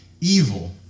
evil